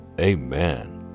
Amen